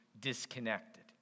disconnected